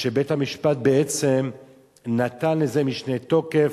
ושבית-המשפט בעצם נתן לזה משנה תוקף.